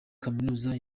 kaminuza